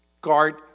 guard